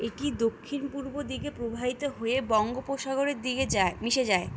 এটি দক্ষিণ পূর্ব দিকে প্রবাহিত হয়ে বঙ্গোপসাগরের দিকে যায় মিশে যায়